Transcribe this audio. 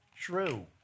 true